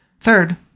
Third